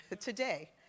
today